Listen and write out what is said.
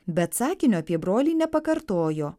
bet sakinio apie brolį nepakartojo